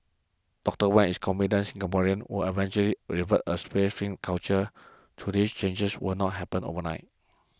Doctor Wan is confident Singaporeans will eventually a tray culture though these changes will not happen overnight